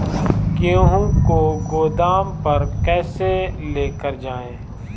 गेहूँ को गोदाम पर कैसे लेकर जाएँ?